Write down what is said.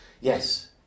Yes